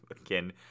again